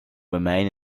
remain